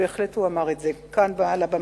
בהחלט הוא אמר את זה, כאן על הבמה.